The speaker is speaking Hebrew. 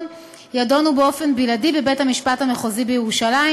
יידונו באופן בלעדי בבית-המשפט המחוזי בירושלים,